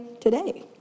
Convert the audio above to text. today